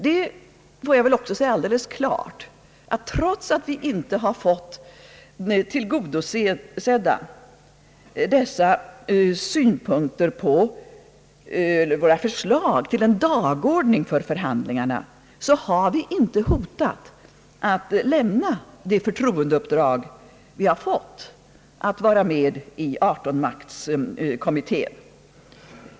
Det är väl alldeles klart att trots att vi inte har fått tillgodosedda dessa synpunkter på våra förslag till en dagordning för förhandlingarna, har vi inte hotat att lämna det förtroendeuppdrag vi har fått att vara med i adertonmaktskommittén.